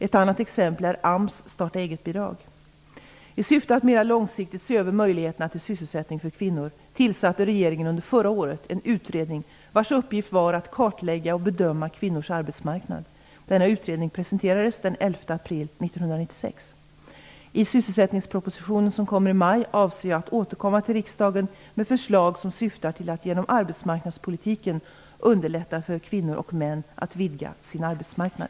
Ett annat exempel är AMS starta-eget-bidrag. I syfte att mer långsiktigt se över möjligheterna till sysselsättning för kvinnor tillsatte regeringen under förra året en utredning vars uppgift var att kartlägga och bedöma kvinnors arbetsmarknad. Denna utredning presenterades den 11 april 1996. I sysselsättningspropositionen som kommer i maj avser jag att återkomma till riksdagen med förslag som syftar till att genom arbetsmarknadspolitiken underlätta för kvinnor och män att vidga sin arbetsmarknad.